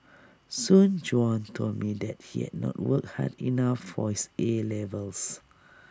Soon Juan told me that he had not worked hard enough for his A levels